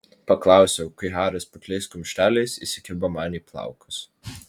paklausiau kai haris putliais kumšteliais įsikibo man į plaukus